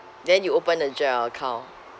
then you open a joint account